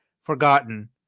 forgotten